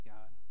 God